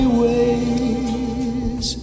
ways